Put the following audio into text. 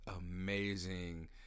amazing